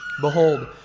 behold